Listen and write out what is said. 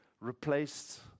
replaced